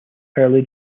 early